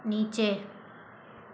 नीचे